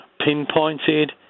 pinpointed